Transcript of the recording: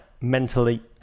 mentally